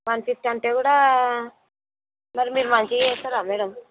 one fifty అంటే కూడా మరి మీరు మంచిగా చేస్తారా మ్యాడమ్